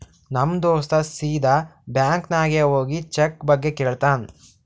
ನಮ್ ದೋಸ್ತ ಸೀದಾ ಬ್ಯಾಂಕ್ ನಾಗ್ ಹೋಗಿ ಚೆಕ್ ಬಗ್ಗೆ ಕೇಳ್ತಾನ್